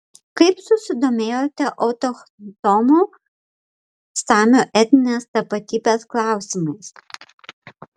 kaip susidomėjote autochtonų samių etninės tapatybės klausimais